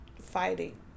fighting